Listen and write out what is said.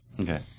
Okay